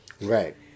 Right